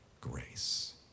grace